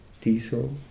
diesel